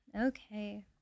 Okay